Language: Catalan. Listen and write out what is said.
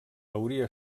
hauria